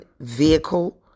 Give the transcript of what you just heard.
vehicle